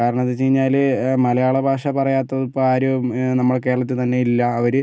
കാരണമെന്ന് വച്ച് കഴിഞ്ഞാല് മലയാളഭാഷ പറയാത്തവര് ഇപ്പം ആരും നമ്മളെ കേരളത്തിൽ തന്നെയില്ല ആ ഒര്